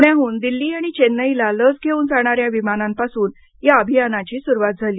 पुण्याहून दिल्ली आणि चेन्नईला लस घेऊन जाणाऱ्या विमानांपासून या अभियानाची सुरवात झाली